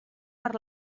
per